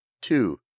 Two